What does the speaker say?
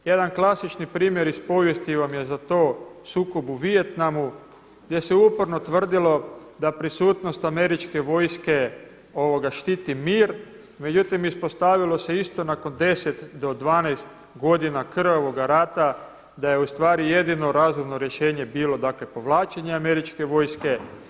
Jedan klasični primjer iz povijesti vam je za to sukob u Vijetnamu gdje se uporno tvrdilo da prisutnost američke vojske štiti mir međutim ispostavilo se isto nakon 10 do 12godnakrvavoga rata da je ustvari jedino razumno rješenje bilo povlačenje američke vojske.